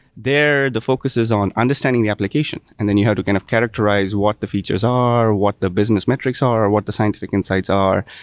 there, the focus is on understanding the application. and then you have to kind of characterize what the features are, what the business metrics are or what the scientific insights are.